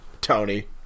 tony